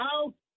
Out